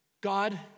God